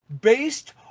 based